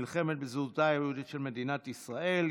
נלחמת בזהותה היהודית של מדינת ישראל.